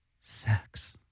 sex